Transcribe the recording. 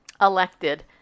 elected